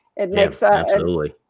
it makes absolutely.